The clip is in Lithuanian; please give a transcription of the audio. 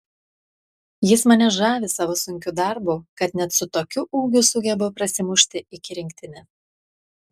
jis mane žavi savo sunkiu darbu kad net su tokiu ūgiu sugeba prasimušti iki rinktinės